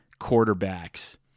quarterbacks